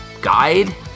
guide